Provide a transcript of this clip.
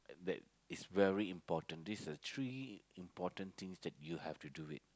that is very important this is the three important things that you have to do it